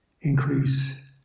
increase